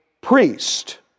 priest